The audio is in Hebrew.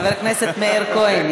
חבר הכנסת מאיר כהן,